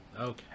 okay